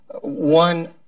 one